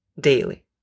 daily